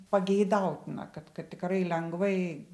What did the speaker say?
pageidautina kad kad tikrai lengvai